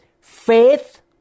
faith